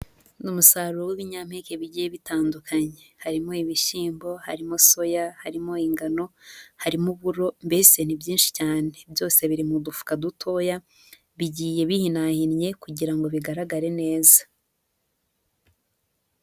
Ni umusaruro w'ibinyampeke bigiye bitandukanye. Harimo ibishyimbo, harimo soya, harimo ingano, harimo uburo. Mbese ni byinshi cyane byose biri mu dufuka dutoya bigiye bihinahinnye kugira ngo bigaragare neza.